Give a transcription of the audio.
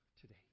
today